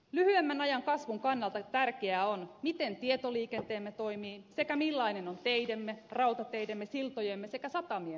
lyhyemmän ajan kasvun kannalta tärkeää on miten tietoliikenteemme toimii sekä millainen on teidemme rautateidemme siltojemme sekä satamiemme kunto